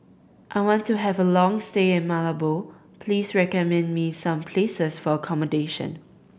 I want to have a long stay in Malabo please recommend me some places for accommodation